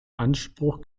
anspruch